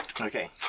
Okay